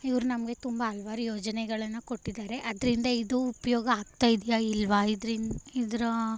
ಇವ್ರು ನಮಗೆ ತುಂಬ ಹಲ್ವಾರು ಯೋಜನೆಗಳನ್ನು ಕೊಟ್ಟಿದ್ದಾರೆ ಅದರಿಂದ ಇದು ಉಪಯೋಗ ಆಗ್ತಾಯಿದ್ಯಾ ಇಲ್ವ ಇದ್ರಿಂದ ಇದರ